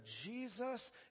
Jesus